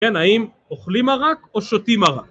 ‫כן, האם אוכלים מרק או שותים מרק?